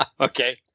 Okay